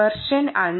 version 5